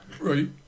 right